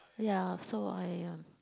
ya so I um